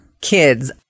kids